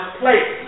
place